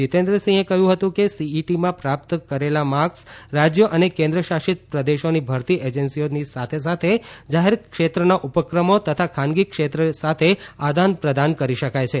જિતેન્દ્રસિંહે કહ્યું હતું કે સીઈટીમાં પ્રાપ્ત કરેલા માર્કસ રાજ્યો અને કેન્દ્રશાસિત પ્રદેશોની ભરતી એજન્સીની સાથે સાથે જાહેર ક્ષેત્રના ઉપક્રમો તથા ખાનગી ક્ષેત્રની સાથે આદાનપ્રદાન કરી શકાય છે